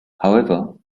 however